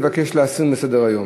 מבקש להסיר מסדר-היום.